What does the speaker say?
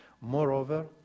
Moreover